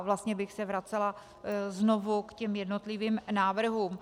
Vlastně bych se vracela znovu k jednotlivým návrhům.